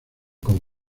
con